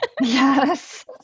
Yes